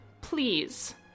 please